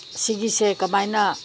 ꯁꯤꯒꯤꯁꯦ ꯀꯃꯥꯏꯅ